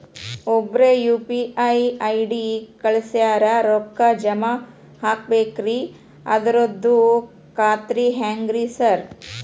ಒಬ್ರು UPI ID ಕಳ್ಸ್ಯಾರ ರೊಕ್ಕಾ ಜಮಾ ಮಾಡ್ಬೇಕ್ರಿ ಅದ್ರದು ಖಾತ್ರಿ ಹೆಂಗ್ರಿ ಸಾರ್?